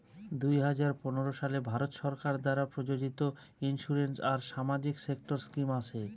দুই হাজার পনেরো সালে ভারত সরকার দ্বারা প্রযোজিত ইন্সুরেন্স আর সামাজিক সেক্টর স্কিম আছে